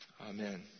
Amen